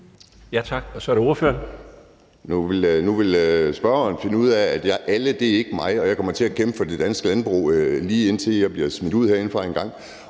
Kim Edberg Andersen (NB): Nu vil spørgeren finde ud af, at »alle« ikke er mig, og at jeg kommer til at kæmpe for det danske landbrug, lige indtil jeg bliver smidt ud herinde fra engang.